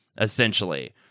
essentially